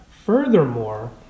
Furthermore